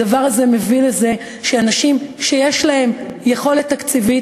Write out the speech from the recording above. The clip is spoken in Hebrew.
הדבר הזה מביא לזה שאנשים שיש להם יכולת תקציבית